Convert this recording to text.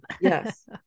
Yes